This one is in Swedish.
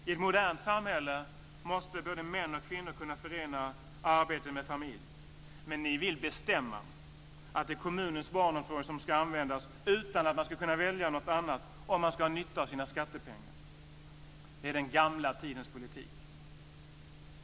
I ett modernt samhälle måste både män och kvinnor kunna förena arbete med familj, men ni vill bestämma att det är kommunens barnomsorg som ska användas, utan att man ska kunna välja något annat om man ska ha nytta av sina skattepengar. Det är den gamla tidens politik.